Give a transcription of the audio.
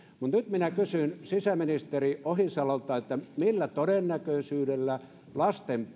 mutta nyt minä kysyn sisäministeri ohisalolta että millä todennäköisyydellä lasten